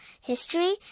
history